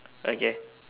okay